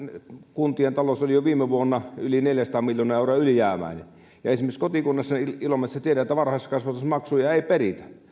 kuntien talous oli jo viime vuonna yli neljäsataa miljoonaa euroa ylijäämäinen tiedän että esimerkiksi kotikunnassani ilomantsissa varhaiskasvatusmaksuja ei peritä